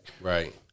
Right